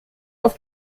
auf